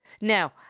Now